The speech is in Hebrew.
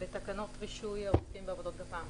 בתקנות רישוי העוסקים בעבודות גפ"מ.